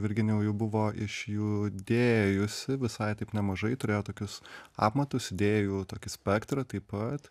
virginija jau buvo išjudėjusi visai taip nemažai turėjo tokius apmatus idėjų tokį spektrą taip pat